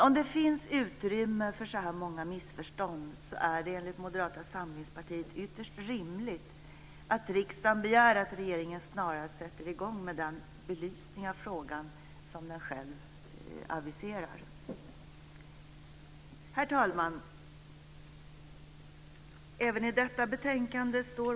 Om det finns utrymme för så här många missförstånd är det enligt Moderata samlingspartiet ytterst rimligt att riksdagen begär att regeringen snarast sätter i gång med den belysning av frågan som den själv aviserar. Herr talman!